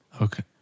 Okay